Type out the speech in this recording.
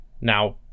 Now